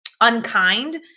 unkind